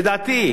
לדעתי,